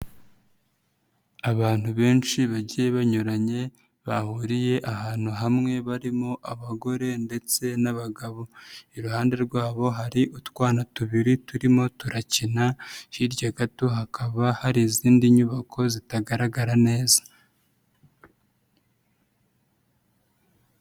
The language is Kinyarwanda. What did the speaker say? Abantu benshi bagiye banyuranye bahuriye ahantu hamwe barimo abagore ndetse n'abagabo, iruhande rwabo hari utwana tubiri turimo turakina hirya gato hakaba hari izindi nyubako zitagaragara neza.